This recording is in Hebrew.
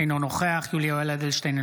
אינו נוכח יולי יואל אדלשטיין,